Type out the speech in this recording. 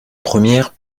première